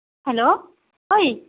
hello অই